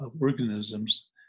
organisms